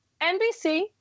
nbc